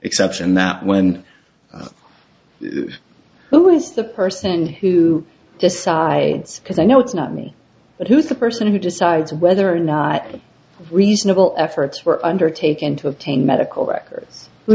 exception that when who is the person who decides because i know it's not me but who is the person who decides whether or not reasonable efforts were undertaken to obtain medical records who